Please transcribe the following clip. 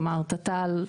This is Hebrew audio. כלומר תת"ל,